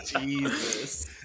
Jesus